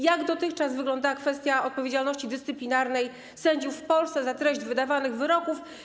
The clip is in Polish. Jak dotychczas wygląda kwestia odpowiedzialności dyscyplinarnej sędziów w Polsce za treść wydawanych wyroków?